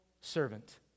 servant